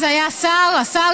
אז הוא היה השר ריבלין,